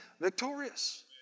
victorious